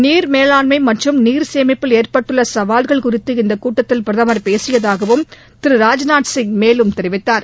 நீர் மேலாண்மை மற்றும் நீர் சேமிப்பில் ஏற்பட்டுள்ள சவால்கள் குறித்து இந்தக் கூட்டத்தில் பிரதமர் பேசியதாகவும் திரு ராஜ்நாத் சிங் மேலும் தெரிவித்தார்